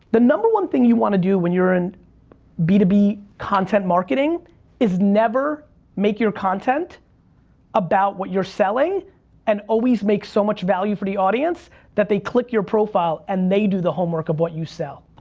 the number one thing you want to do when you're in b two b content marketing is never make your content about what you're selling and always make so much value for the audience that they click your profile and they do the homework of what you sell.